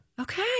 Okay